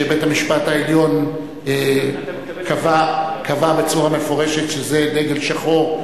שבית-המשפט העליון קבע בצורה מפורשת שזה דגל שחור,